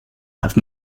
have